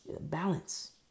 balance